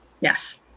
Yes